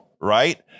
right